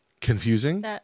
confusing